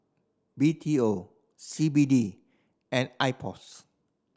B T O C B D and IPOS